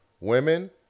women